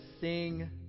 sing